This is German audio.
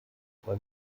zwei